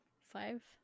Five